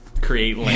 create